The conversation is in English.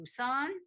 busan